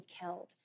killed